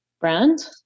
brand